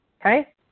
Okay